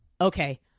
okay